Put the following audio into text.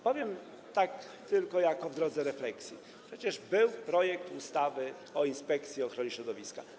Powiem tak tylko w drodze refleksji: Przecież był projekt ustawy o Inspekcji Ochrony Środowiska.